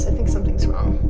and think something's wrong.